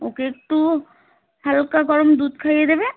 ওকে একটু হালকা গরম দুধ খাইয়ে দেবে